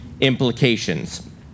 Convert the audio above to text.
implications